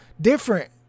different